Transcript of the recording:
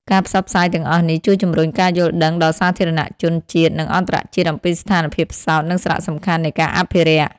ការផ្សព្វផ្សាយទាំងអស់នេះ ជួយជំរុញការយល់ដឹងដល់សាធារណជនជាតិ និងអន្តរជាតិអំពីស្ថានភាពផ្សោត និងសារៈសំខាន់នៃការអភិរក្ស។